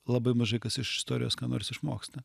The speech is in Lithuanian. labai mažai kas iš istorijos ką nors išmoksta